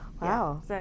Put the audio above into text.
wow